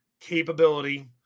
capability